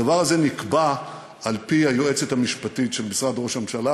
הדבר הזה נקבע על-פי היועצת המשפטית של משרד ראש הממשלה,